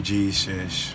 Jesus